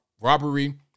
robbery